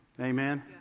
Amen